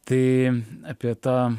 tai apie tą